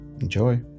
Enjoy